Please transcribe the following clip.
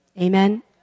Amen